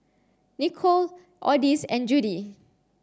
Nichol Odis and Judie